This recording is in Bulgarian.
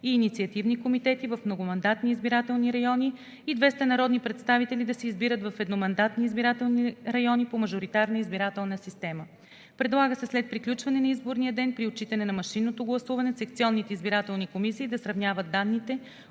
и инициативни комитети в многомандатни избирателни райони, и 200 народни представители да се избират в едномандатни избирателни райони по мажоритарна избирателна система. Предлага се след приключване на изборния ден при отчитане на машинното гласуването секционните избирателни комисии да сравняват данните,